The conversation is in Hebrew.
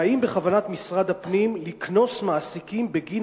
האם בכוונת משרד הפנים לקנוס מעסיקים בגין